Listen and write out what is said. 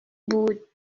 بود